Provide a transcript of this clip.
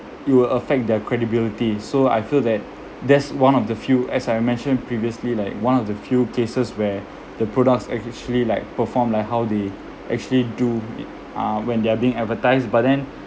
it will affect their credibility so I feel that that's one of the few as I mentioned previously like one of the few cases where the products actually like perform like how they actually do it uh when they're being advertised but then